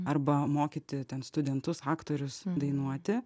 arba mokyti ten studentus aktorius dainuoti